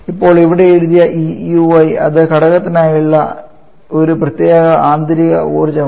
ഇപ്പോൾ ഇവിടെ എഴുതിയ ഈ ui അത് ഘടകത്തിനായുള്ള ഒരു പ്രത്യേക ആന്തരിക ഊർജ്ജമാണ്